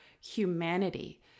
humanity